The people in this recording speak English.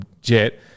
jet